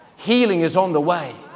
healing is on the way,